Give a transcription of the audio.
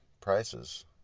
prices